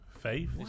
Faith